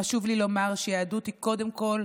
חשוב לי לומר שיהדות היא קודם כול